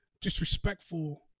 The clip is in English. disrespectful